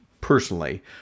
personally